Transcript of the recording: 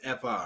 FR